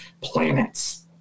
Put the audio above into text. planets